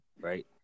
right